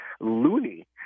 loony